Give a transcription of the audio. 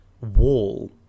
wall